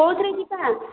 କେଉଁଥିରେ ଯିବା